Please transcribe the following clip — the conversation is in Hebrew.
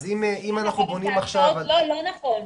אז אם אנחנו בונים עכשיו על --- לא נכון,